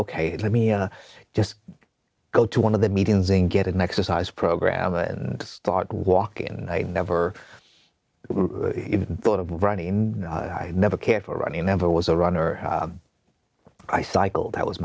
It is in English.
ok let me just go to one of the meetings in get an exercise program and start walking and i never even thought of running i never cared for running never was a runner i cycle that was